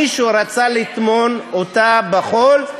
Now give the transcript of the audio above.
מישהו רצה לטמון אותה בחול.